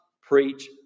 preach